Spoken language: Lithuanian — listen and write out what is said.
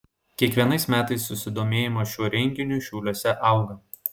kiekvienais metais susidomėjimas šiuo renginiu šiauliuose auga